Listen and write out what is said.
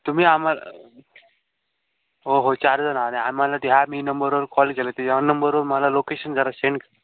तुम्ही आम्हाला हो हो चारजण आणि आम्हाला हा मी नंबरवर कॉल केला तिथे या नंबरवर मला लोकेशन जरा सेंड